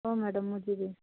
ହଉ ମ୍ୟାଡ଼ାମ୍ ମୁଁ ଯିବି